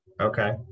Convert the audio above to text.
Okay